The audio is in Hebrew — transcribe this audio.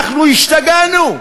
אנחנו השתגענו?